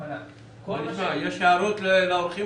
יש הערות?